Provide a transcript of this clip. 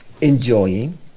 enjoying